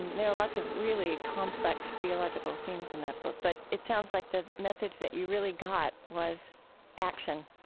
there are lots of really complex theological themes in that book, but it sounds like the message that you really got was action